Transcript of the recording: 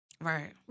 Right